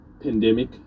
pandemic